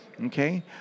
Okay